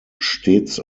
stets